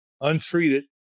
untreated